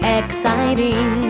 exciting